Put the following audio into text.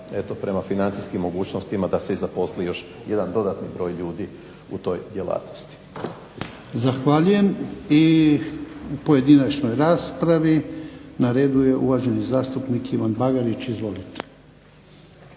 prema financijskim mogućnostima da se i zaposli još jedan dodatni broj ljudi u toj djelatnosti. **Jarnjak, Ivan (HDZ)** Zahvaljujem. I u pojedinačnoj raspravi na redu je uvaženi zastupnik Ivan Bagarić. Izvolite.